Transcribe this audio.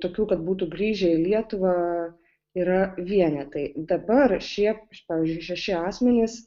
tokių kad būtų grįžę į lietuvą yra vienetai dabar šie pavyzdžiui šeši asmenys